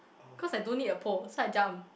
cause I don't need a pole so I jump